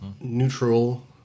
neutral